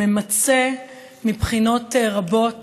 ממצה מבחינות רבות